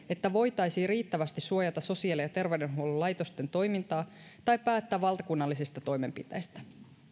että voitaisiin riittävästi suojata sosiaali ja terveydenhuollon laitosten toimintaa tai päättää valtakunnallisista toimenpiteistä